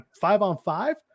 five-on-five